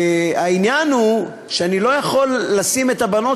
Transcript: העניין הוא שאני לא יכול לשים את הבנות